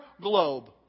globe